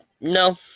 No